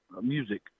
Music